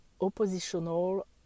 oppositional